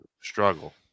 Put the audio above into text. Struggle